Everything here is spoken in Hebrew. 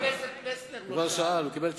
הוא קיבל תשובה.